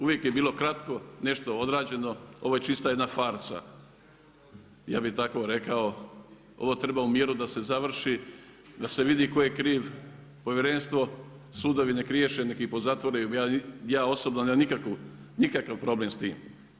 Uvijek je bilo kratko nešto odrađeno, ovo je čista jedna farsa, ja bi tako rekao ovo treba u miru da se završi, da se vidi tko je kriv, povjerenstvo, sudovi nek riješe, neka ih pozatvaraju, ja osobno nemam nikakav problem s tim.